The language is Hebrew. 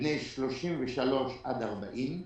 בני 40-33,